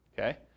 Okay